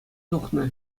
тухнӑ